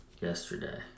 yesterday